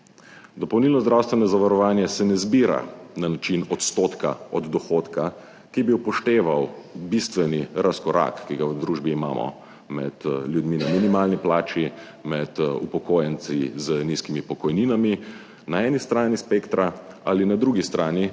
Dopolnilno zdravstveno zavarovanje se ne zbira na način odstotka od dohodka, ki bi upošteval bistveni razkorak, ki ga v družbi imamo med ljudmi na minimalni plači, med upokojenci z nizkimi pokojninami, na eni strani spektra ali na drugi strani